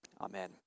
Amen